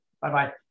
Bye-bye